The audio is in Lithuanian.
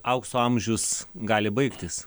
aukso amžius gali baigtis